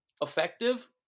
effective